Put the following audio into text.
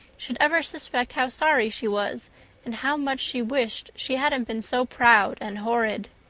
should ever suspect how sorry she was and how much she wished she hadn't been so proud and horrid!